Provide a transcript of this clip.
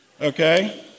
Okay